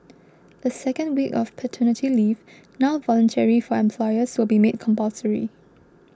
the second week of paternity leave now voluntary for employers will be made compulsory